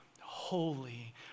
holy